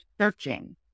searching